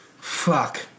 Fuck